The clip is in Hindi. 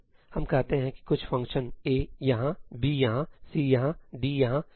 तो हम कहते हैं कुछ फ़ंक्शन 'A' यहाँ 'B' यहाँ 'C' यहाँ 'D' यहाँ 'E' यहाँ हैं